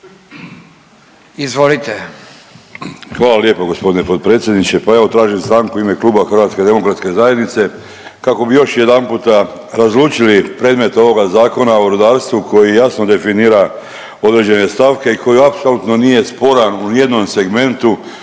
(HDZ)** Hvala lijepo g. potpredsjedniče. Pa evo tražim stanku u ime Kluba HDZ-a kako bi još jedanputa razlučili predmet ovoga Zakona o rudarstvu koji jasno definira određene stavke i koji apsolutno nije sporan u ni jednom segmentu